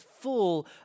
full